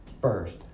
First